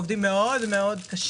ואנחנו עובדים על זה מאוד מאוד קשה,